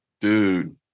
Dude